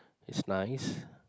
it's nice